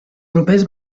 propers